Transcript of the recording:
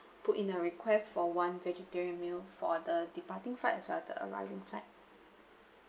put in a request for one vegetarian meal for the departing flight as well as the arriving flight